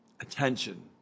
attention